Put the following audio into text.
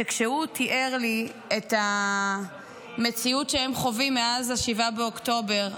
שכשהוא תיאר לי את המציאות שהם חווים מאז 7 באוקטובר,